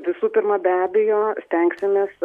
visų pirma be abejo stengsimės